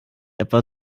etwa